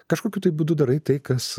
kažkokiu tai būdu darai tai kas